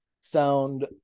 sound